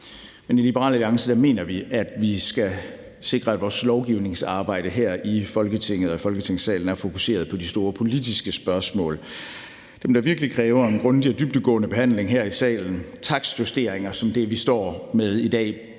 men i Liberal Alliance mener vi, at vi skal sikre, at vores lovgivningsarbejde her i Folketinget og i Folketingssalen er fokuseret på de store politiske spørgsmål; dem, der virkelig kræver en grundig og dybdegående behandling her i salen. Takstjusteringer, som er det, vi står med i dag,